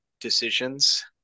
decisions